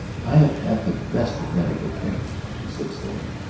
i have had the best of medical training, she said slowly.